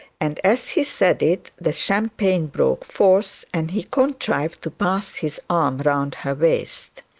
and as he said it the champagne broke forth, and he contrived to pass his arm around her waist.